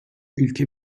ülke